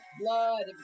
Blood